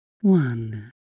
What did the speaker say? One